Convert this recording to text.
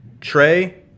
Trey